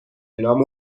نام